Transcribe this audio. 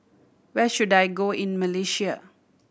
where should I go in Malaysia